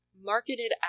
marketed